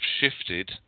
shifted